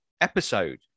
episode